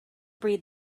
breed